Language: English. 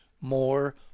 more